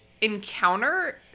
encounter